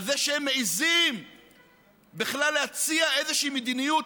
על זה שהם מעיזים בכלל להציע איזושהי מדיניות,